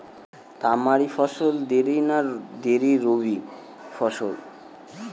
তামারি ফসল দেরী খরিফ না দেরী রবি ফসল?